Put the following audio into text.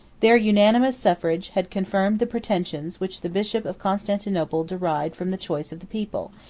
their unanimous suffrage had confirmed the pretensions which the bishop of constantinople derived from the choice of the people,